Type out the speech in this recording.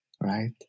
right